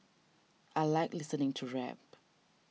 I like listening to rap